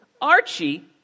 Archie